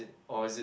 or is it